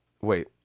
Wait